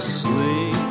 sleep